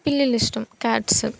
పిల్లులు ఇష్టం క్యాట్స్